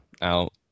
out